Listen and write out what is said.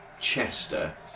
Chester